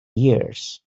ears